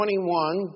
21